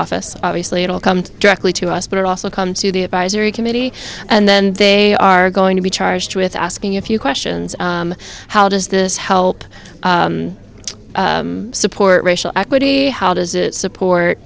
office obviously it'll come directly to us but it also comes to the advisory committee and then they are going to be charged with asking a few questions how does this help support racial equity how does it support